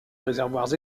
réservoirs